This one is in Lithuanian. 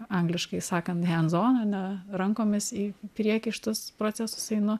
angliškai sakant hands on ane rankomis į priekį į šitus procesus einu